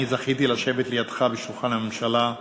אני זכיתי לשבת לידך בשולחן הממשלה,